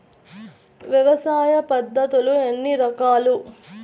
వ్యవసాయ పద్ధతులు ఎన్ని రకాలు?